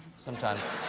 sometimes.